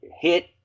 hit